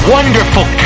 Wonderful